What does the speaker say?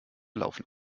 laufen